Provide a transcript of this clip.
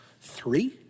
Three